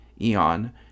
eon